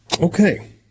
Okay